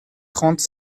trente